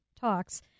talks